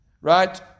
Right